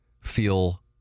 feel